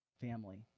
family